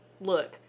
look